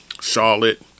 Charlotte